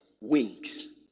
Wings